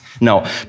No